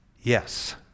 Yes